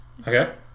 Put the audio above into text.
Okay